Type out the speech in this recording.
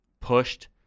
pushed